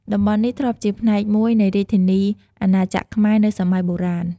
តំបន់នេះធ្លាប់ជាផ្នែកមួយ នៃរាជធានីអាណាចក្រខ្មែរ នៅសម័យបុរាណ។